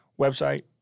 website